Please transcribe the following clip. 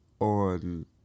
on